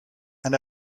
and